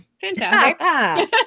Fantastic